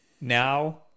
Now